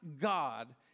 God